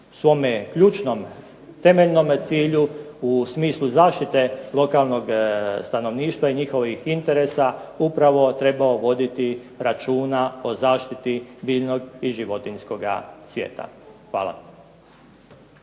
svom ključnom temeljnom cilju u smislu zaštite lokalnog stanovništva i njihovih interesa upravo trebao voditi računa o zaštiti biljnog i životinjskoga svijeta. Hvala.